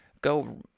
go